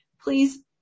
please